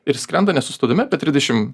ir skrenda nesustodami apie trisdešim